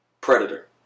Predator